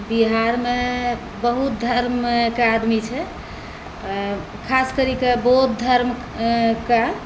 बिहारमे बहुत धर्मके आदमी छै खास करिके बौद्ध धर्मके